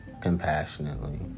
compassionately